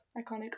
Iconic